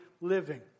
living